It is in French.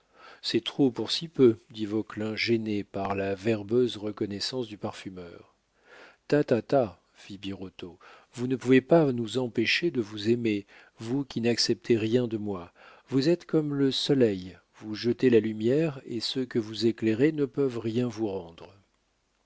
c'est trop pour si peu dit vauquelin gêné par la verbeuse reconnaissance du parfumeur ta ta ta fit birotteau vous ne pouvez pas nous empêcher de vous aimer vous qui n'acceptez rien de moi vous êtes comme le soleil vous jetez la lumière et ceux que vous éclairez ne peuvent rien vous rendre